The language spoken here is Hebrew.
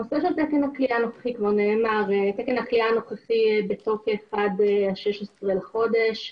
תקן הכליאה הנוכחי בתוקף עד 16 בחודש.